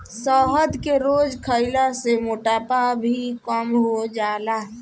शहद के रोज खइला से मोटापा भी कम हो जाला